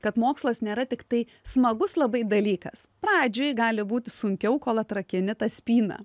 kad mokslas nėra tiktai smagus labai dalykas pradžioj gali būti sunkiau kol atrakini tą spyną